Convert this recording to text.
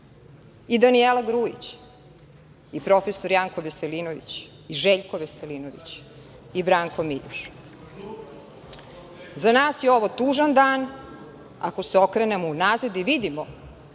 i Danijela Grujić i prof. Janko Veselinović i Željko Veselinović i Branko Miljuš? Za nas je ovo tužan dan ako se okrenemo unazad i vidimo